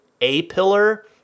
A-pillar